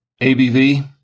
ABV